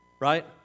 Right